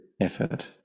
effort